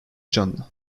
canlı